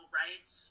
rights